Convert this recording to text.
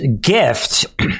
gift